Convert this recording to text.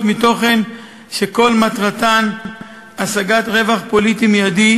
מתוכן שכל מטרתן השגת רווח פוליטי מיידי